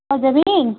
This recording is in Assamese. জাবিন